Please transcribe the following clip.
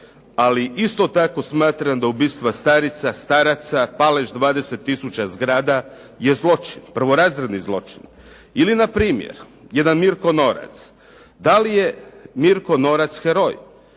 ali isto tako smatram da ubistva starica, staraca, palež 20 tisuća zgrada je zločin, prvorazredni zločin. Ili na primjer, jedan Mirko Norac da li je Mirko Norac heroj.